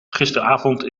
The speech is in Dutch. gisteravond